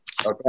Okay